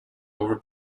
over